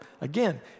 again